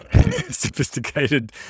sophisticated